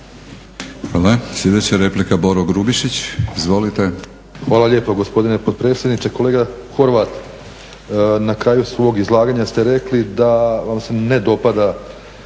Hvala. Sljedeća replika Boro Grubišić. Izvolite. **Grubišić, Boro (HDSSB)** Hvala lijepo gospodine potpredsjedniče. Kolega Horvat, na kraju svog izlaganja ste rekli da vam se ne dopada